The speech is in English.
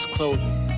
Clothing